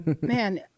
man